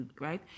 right